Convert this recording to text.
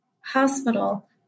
hospital